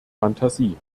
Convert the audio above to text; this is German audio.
fantasie